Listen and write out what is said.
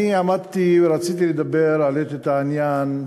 רציתי לדבר, העליתי את העניין,